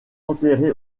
enterré